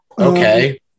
okay